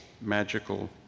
magical